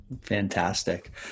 Fantastic